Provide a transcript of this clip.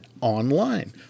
online